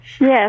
Yes